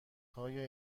های